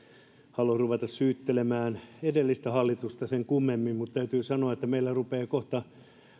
halua ruveta syyttelemään edellistä hallitusta sen kummemmin mutta täytyy sanoa että meillä rupeaa kohta